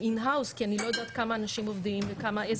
in house כי אני לא יודעת כמה אנשים עובדים ואיזו